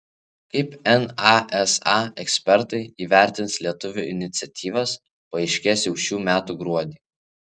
kaip nasa ekspertai įvertins lietuvių iniciatyvas paaiškės jau šių metų gruodį